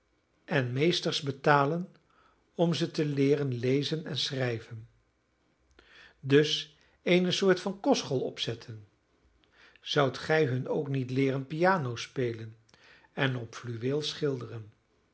en meesters betalen om ze te leeren lezen en schrijven dus eene soort van kostschool opzetten zoudt gij hun ook niet leeren piano spelen en op fluweel schilderen